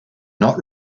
not